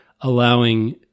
allowing